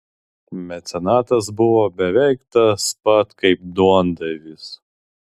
mecenatas buvo beveik tas pat kaip duondavys